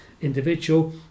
individual